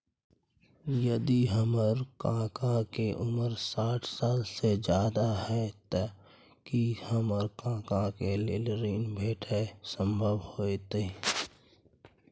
यदि हमर काका के उमर साठ साल से ज्यादा हय त की हमर काका के लेल ऋण भेटनाय संभव होतय?